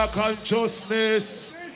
Consciousness